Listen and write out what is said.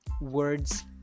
Words